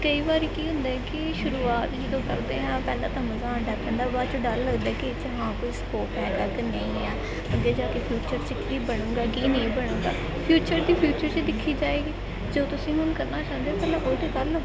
ਕਈ ਵਾਰੀ ਕੀ ਹੁੰਦਾ ਹੈ ਕਿ ਸ਼ੁਰੂਆਤ ਜਦੋਂ ਕਰਦੇ ਹਾਂ ਪਹਿਲਾਂ ਤਾਂ ਮਜ਼ਾ ਆਉਂਦਾ ਕਹਿੰਦਾ ਬਾਅਦ 'ਚੋ ਡਰ ਲੱਗਦਾ ਕਿ ਇਹ 'ਚ ਹਾਂ ਕੋਈ ਸਪੋਰਟ ਹੈਗਾ ਕਿ ਨਹੀਂ ਆ ਅੱਗੇ ਜਾ ਕੇ ਫਿਊਚਰ 'ਚ ਕੀ ਬਣੂਗਾ ਕੀ ਨਹੀਂ ਬਣੂਗਾ ਫਿਊਚਰ ਦੀ ਫਿਊਚਰ 'ਚ ਦੇਖੀ ਜਾਏਗੀ ਜੋ ਤੁਸੀਂ ਹੁਣ ਕਰਨਾ ਚਾਹੁੰਦੇ ਹੋ ਪਹਿਲਾਂ ਉਹ ਤਾਂ ਕਰ ਲਓ